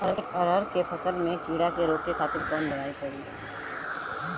अरहर के फसल में कीड़ा के रोके खातिर कौन दवाई पड़ी?